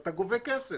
אתה גובה כסף.